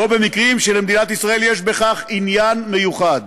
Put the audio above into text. או במקרים שלמדינת ישראל יש בכך עניין מיוחד.